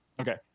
Okay